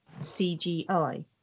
CGI